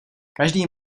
každý